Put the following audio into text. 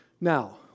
Now